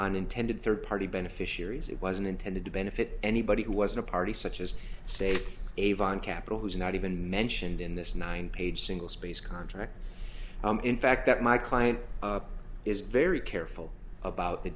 on intended third party beneficiaries it wasn't intended to benefit anybody who was in a party such as say avon capital who is not even mentioned in this nine page single spaced contract in fact that my client is very careful about the